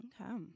Okay